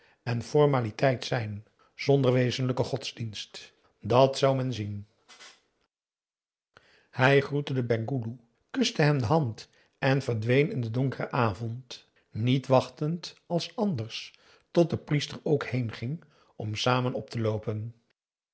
en formaliteit zijn zonder wezenlijken godsdienst dat zou men zien ij groette den penghoeloe kuste hem de hand en verdween in den donkeren avond niet wachtend als anders tot de priester ook heenging om samen op te loopen